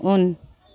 उन